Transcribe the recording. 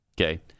Okay